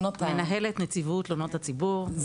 מנהלת נציבות תלונות הציבור במשרד מבקר המדינה,